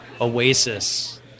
oasis